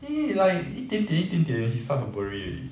see like 一点点一点点 he start to worry already